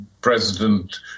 president